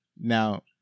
Now